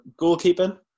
goalkeeping